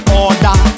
order